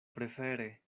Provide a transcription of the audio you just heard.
prefere